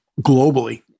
globally